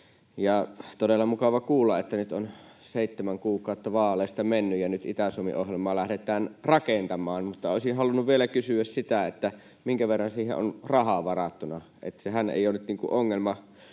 On todella mukava kuulla, että kun nyt on seitsemän kuukautta vaaleista mennyt, nyt Itä-Suomi-ohjelmaa lähdetään rakentamaan. Mutta olisin halunnut vielä kysyä sitä, minkä verran siihen on rahaa varattuna. Sehän ei ole nyt ongelma,